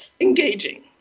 engaging